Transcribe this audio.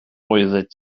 oeddet